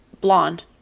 blonde